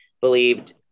believed